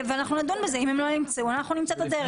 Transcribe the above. ונדון בזה, אם הם לא ימצאו אנחנו נמצא את הדרך.